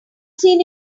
seen